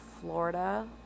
Florida